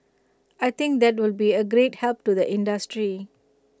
I think that will be A great help to the industry